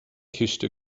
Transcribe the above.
ciste